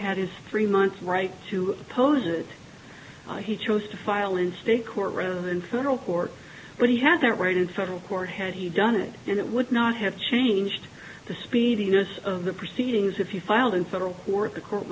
have his three months right to oppose it he chose to file in state court rather than federal court but he had that right in federal court had he done it and it would not have changed the speediness of the proceedings if you filed in federal court the court